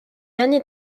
années